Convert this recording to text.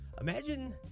Imagine